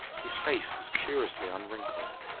his face was curiously unwrinkled.